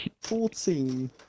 Fourteen